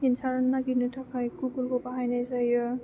एन्सार नागिरनो थाखाय गुगोलखौ बाहायनाय जायो